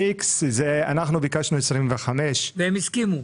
אנחנו ביקשנו 25. והם הסכימו?